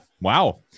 wow